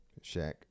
Shaq